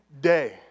day